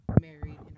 married